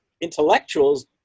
intellectuals